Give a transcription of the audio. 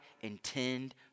intend